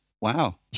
Wow